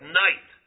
night